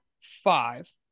five